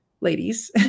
ladies